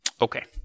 Okay